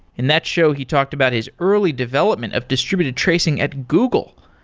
in that show he talked about his early development of distributed tracing at google.